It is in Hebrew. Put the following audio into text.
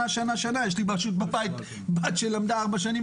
יש לי בת שלמדה ארבע שנים,